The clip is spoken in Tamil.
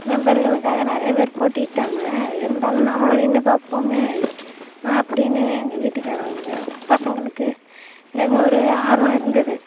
மெம்பருகளுக்காக நிறைய பேர் போட்டியிட்டாங்க இருந்தாலும் நம்மளும் நின்று பார்ப்போமே அப்படின்னு எங்கள் வீட்டுக்காரவங்க பசங்களுக்கு எல்லாருக்குமே ஒரு ஆர்வம் இருந்தது